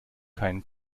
keinen